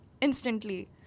instantly